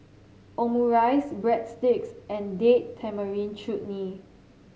Omurice Breadsticks and Date Tamarind Chutney